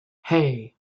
hey